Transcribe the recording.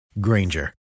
Granger